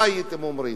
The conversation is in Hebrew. מה הייתם אומרים?